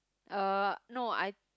uh no I